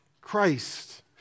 Christ